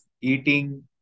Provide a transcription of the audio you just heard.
eating